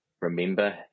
remember